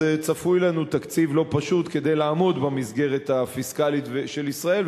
אז צפוי לנו תקציב לא פשוט כדי לעמוד במסגרת הפיסקלית של ישראל,